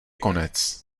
konec